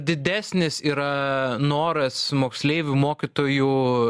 didesnis yra noras moksleivių mokytojų